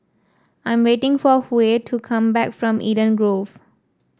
I am waiting for Huey to come back from Eden Grove